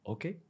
Okay